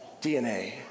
DNA